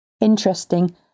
Interesting